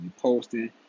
posting